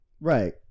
Right